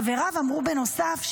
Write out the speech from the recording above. חבריו אמרו בנוסף,